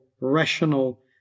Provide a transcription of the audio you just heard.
rational